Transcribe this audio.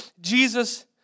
Jesus